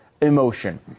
emotion